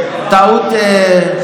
בטעות.